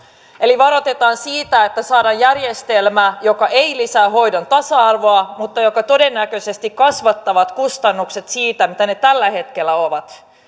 eli varoitetaan siitä että saadaan järjestelmä joka ei lisää hoidon tasa arvoa mutta joka todennäköisesti kasvattaa kustannuksia siitä mitä ne tällä hetkellä ovat